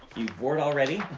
you bored already?